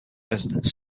residents